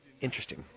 Interesting